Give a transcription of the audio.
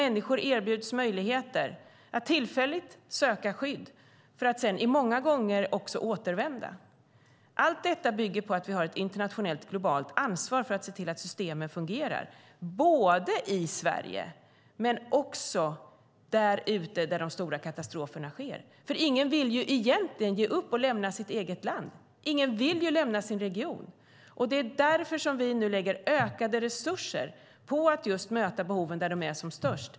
Människor erbjuds möjlighet att tillfälligt söka skydd för att sedan många gånger återvända. Allt detta bygger på att vi har ett internationellt, globalt, ansvar att se till att systemen fungerar både i Sverige och ute i världen där de stora katastroferna inträffar. Ingen vill egentligen ge upp och lämna sitt eget land. Ingen vill lämna sin region. Det är därför vi nu lägger ökade resurser på att möta behoven där de är som störst.